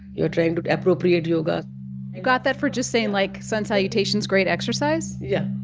you are trying to appropriate yoga you got that for just saying, like, sun salutation is great exercise? yeah.